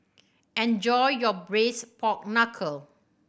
enjoy your Braised Pork Knuckle